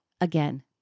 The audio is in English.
again